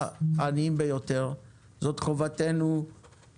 זו חובתנו לעניים ביותר.